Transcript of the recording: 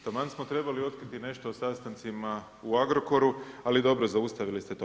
Taman smo trebali otkriti nešto o sastancima o Agrokoru, ali dobro, zaustavili ste to.